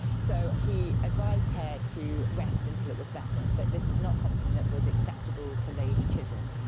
so he advised her to rest until it was better, but this was not something that was acceptable to lady chisholm.